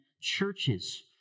churches